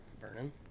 Vernon